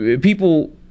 People